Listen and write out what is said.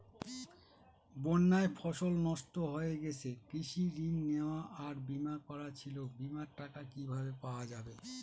বন্যায় ফসল নষ্ট হয়ে গেছে কৃষি ঋণ নেওয়া আর বিমা করা ছিল বিমার টাকা কিভাবে পাওয়া যাবে?